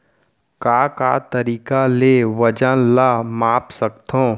का का तरीक़ा ले वजन ला माप सकथो?